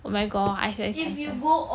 oh my god